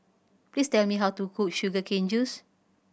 please tell me how to cook sugar cane juice